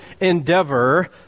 endeavor